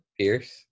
Pierce